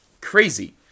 Crazy